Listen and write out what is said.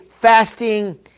fasting